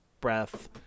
breath